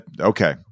okay